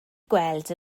gweld